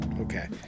Okay